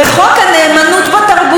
תיראו מופתעים,